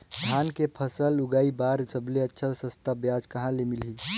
धान के फसल उगाई बार सबले अच्छा सस्ता ब्याज कहा ले मिलही?